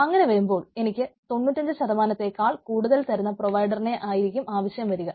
അങ്ങനെ വരുമ്പോൾ എനിക്ക് 95 നേക്കാൾ കൂടുതൽ തരുന്ന പ്രൊവൈഡറിനെ ആയിരിക്കും ആവശ്യം വരിക